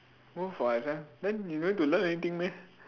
go for exam then you don't need to learn anything meh